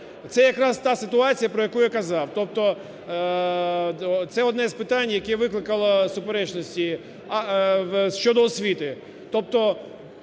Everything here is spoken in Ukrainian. це якраз та ситуація, про яку я казав. Тобто це одне з питань, яке викликало суперечності. Щодо освіти.